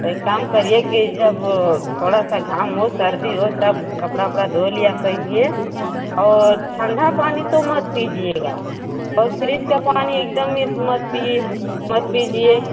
तो एक काम करिये कि जब थोड़ा सा काम हो सर्दी हो तब कपड़ा वपड़ा धो लिया करिये और ठंडा पानी तो मत पीजियेगा और फ्रिज का पानी एकदम ही मत पिए मत पीजिए